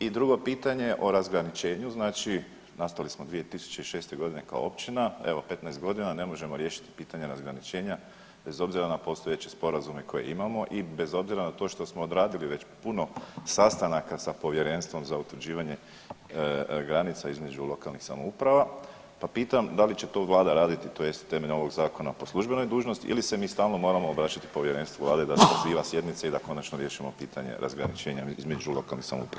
I drugo pitanje, o razgraničenju, znači nastali smo 2006. g. kao općina, evo 15 godina ne možemo riješiti pitanje razgraničenja bez obzira na postojeće sporazume koje imamo i bez obzira na to što smo odradili već puno sastanaka sa Povjerenstvom za utvrđivanje granica između lokalnih samouprava pa pitam da li će to Vlada raditi, tj. temeljem ovog Zakona po službenoj dužnosti ili se mi stalno moramo obraćati Povjerenstvu Vlade da saziva sjednice i da konačno riješimo pitanje razgraničenja između lokalnih samouprava?